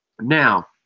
Now